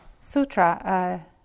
Sutra